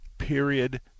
Period